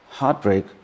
heartbreak